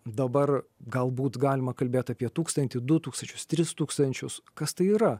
dabar galbūt galima kalbėt apie tūkstantį du tūkstančius tris tūkstančius kas tai yra